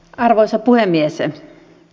arvoisa puhemies